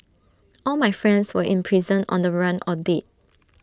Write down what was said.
all my friends were in prison on the run or dead